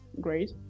great